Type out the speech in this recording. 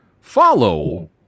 follow